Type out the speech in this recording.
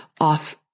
off